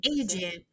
agent